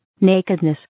Nakedness